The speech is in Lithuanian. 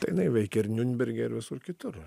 tai jinai veikia ir niurnberge ir visur kitur